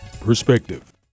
Perspective